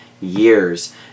years